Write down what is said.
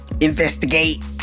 investigate